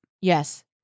Yes